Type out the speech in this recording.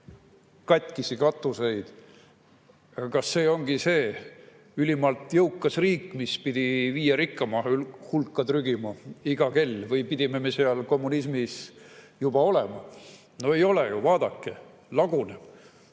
katkisi katuseid. Kas see ongi see ülimalt jõukas riik, mis pidi viie rikkama hulka trügima iga kell, või pidime me seal kommunismis juba olema? No ei ole ju! Vaadake, laguneb!